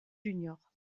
juniors